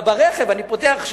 ברכב אני פותח את הרדיו,